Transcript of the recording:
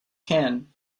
can